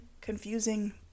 confusing